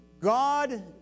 God